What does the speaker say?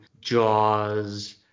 Jaws